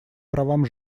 правам